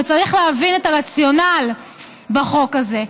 וצריך להבין את הרציונל בחוק הזה,